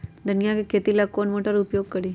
धनिया के खेती ला कौन मोटर उपयोग करी?